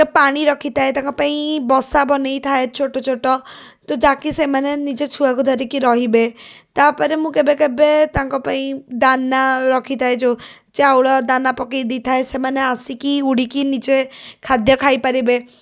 ତ ପାଣି ରଖିଥାଏ ତାଙ୍କପାଇଁ ବସା ବନେଇଥାଏ ଛୋଟଛୋଟ ତ ଯାହାକି ସେମାନେ ନିଜ ଛୁଆକୁ ଧରିକି ରହିବେ ତା'ପରେ ମୁଁ କେବେକେବେ ତାଙ୍କପାଇଁ ଦାନା ରଖିଥାଏ ଯେଉଁ ଚାଉଳ ଦାନା ପକେଇ ଦେଇଥାଏ ସେମାନେ ଆସିକି ଉଡ଼ିକି ନିଜେ ଖାଦ୍ୟ ଖାଇପାରିବେ